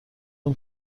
اون